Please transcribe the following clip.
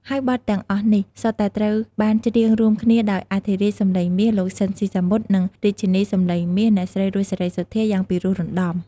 ហើយបទទាំងអស់នេះសុទ្ធតែត្រូវបានច្រៀងរួមគ្នាដោយអធិរាជសំឡេងមាស លោក ស៊ីន ស៊ីសាមុត និងរាជិនីសំឡេងមាស អ្នកស្រី រស់ សេរីសុទ្ធាយ៉ាងពីរោះរណ្តំ។